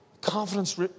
Confidence